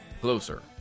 closer